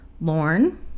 Lorne